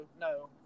no